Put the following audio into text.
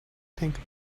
think